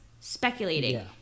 speculating